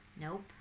Nope